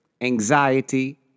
anxiety